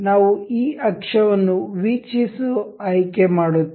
ನಾವು ಈ ಅಕ್ಷವನ್ನು ವೀಕ್ಷಿಸುವ ಆಯ್ಕೆ ಮಾಡುತ್ತೇವೆ